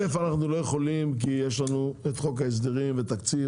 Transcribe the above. א' אנחנו לא יכולים כי יש לנו את חוק ההסדרים והתקציב,